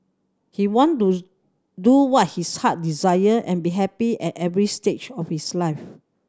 he want to do what his heart desire and be happy at every stage of his life